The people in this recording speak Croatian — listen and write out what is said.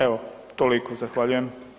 Evo, toliko, zahvaljujem.